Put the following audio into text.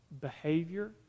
behavior